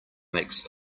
makes